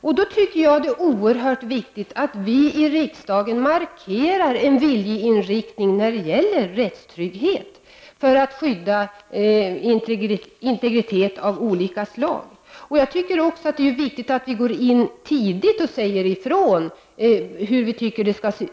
Jag tycker att det är oerhört viktigt att vi i riksdagen då markerar en viljeinriktning när det gäller rättstryggheten, för att skydda integritet av olika slag. Jag tycker också att det är viktigt att vi går in tidigt och säger ifrån hur vi tycker att det skall se ut.